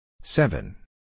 seven